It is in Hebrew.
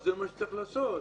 זה מה שצריך לעשות.